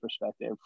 perspective